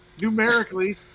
numerically